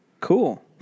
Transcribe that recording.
Cool